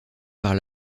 par